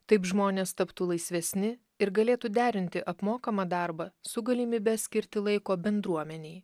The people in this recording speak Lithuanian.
taip žmonės taptų laisvesni ir galėtų derinti apmokamą darbą su galimybe skirti laiko bendruomenei